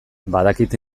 badakit